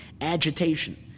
agitation